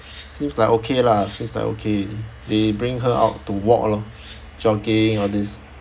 seems like okay lah seems like okay they bring her out to walk lor jogging all this